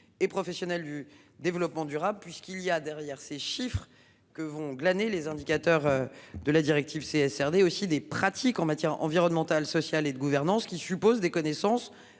et professionnel du développement durable, puisqu'il y a derrière ces chiffres que vont glaner les indicateurs. De la directive CSSD aussi des pratiques en matière environnementale, sociale et de gouvernance qui suppose des connaissances